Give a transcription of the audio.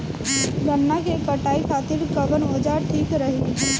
गन्ना के कटाई खातिर कवन औजार ठीक रही?